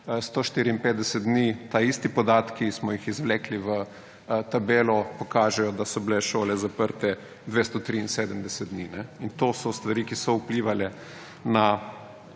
154 dni, taisti podatki – smo jih izvlekli v tabelo – pokažejo, da so bile šole zaprte 273 dni. In to so stvari, ki so vplivale na